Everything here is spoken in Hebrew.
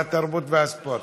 והתרבות והספורט.